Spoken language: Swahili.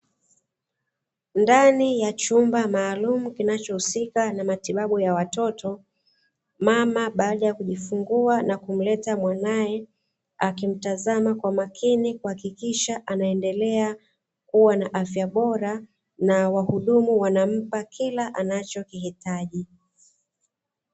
Ndani ya chumba maalumu kinachohusika na matibabu ya watoto mama baada ya kujifungua na kumleta mwanae akimtazama kwa makini kuhakikisha anaendelea kuwa na afya bora na wahudumu wanampa kila anachokihitaji